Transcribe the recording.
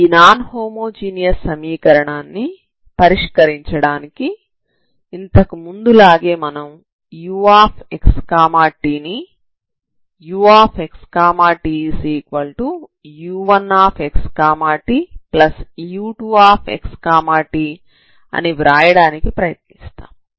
ఈ non homogeneous సమీకరణాన్ని పరిష్కరించడానికి ఇంతకుముందు లాగే మనం uxt ని uxtu1xtu2xt అని వ్రాయడానికి ప్రయత్నిస్తాము